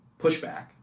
pushback